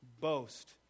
boast